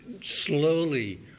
slowly